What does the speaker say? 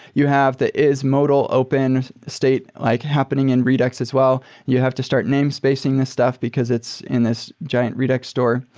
you have the, is modal open state like happening in redux as well? you have to start name spacing this stuff because it's it's in this giant redux store.